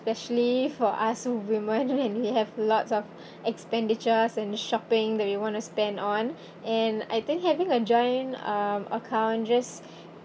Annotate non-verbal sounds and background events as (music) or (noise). ~pecially for us women and we have lots of (breath) expenditures and shopping that you want to spend on (breath) and I think having a joint um account just (breath)